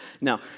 Now